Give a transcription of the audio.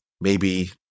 Maybe-